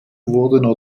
wurden